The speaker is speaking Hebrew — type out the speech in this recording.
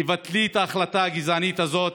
תבטלי את ההחלטה הגזענית הזאת.